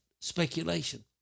speculation